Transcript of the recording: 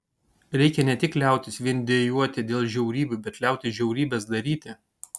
reikia ne tik liautis vien dejuoti dėl žiaurybių bet liautis žiaurybes daryti